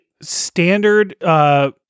standard